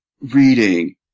reading